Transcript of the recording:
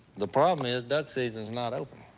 the problem is, duck season's not open.